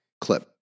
clip